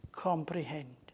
comprehend